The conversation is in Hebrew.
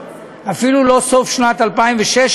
אפילו לא סוף שנת 2016,